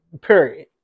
Period